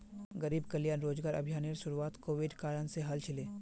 गरीब कल्याण रोजगार अभियानेर शुरुआत कोविडेर कारण से हल छिले